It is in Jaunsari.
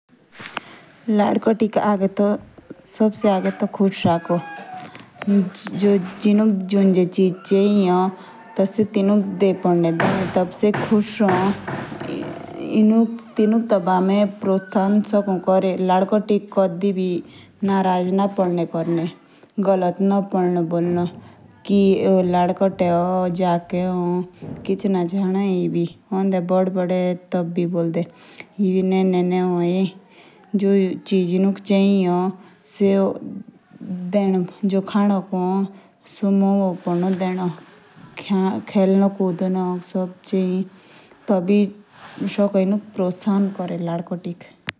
लड़कटिक टी सबसे आगे टी कुश राखो। या जो तिनुक चीज़ चाय से सबसे आगे है। एतली से कुश राव या द्वि। या इटली तिनुक कुशी मिलो या।